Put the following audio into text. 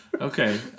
Okay